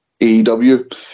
AEW